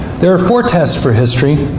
there are four tests for history.